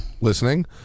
listening